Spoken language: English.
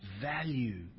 value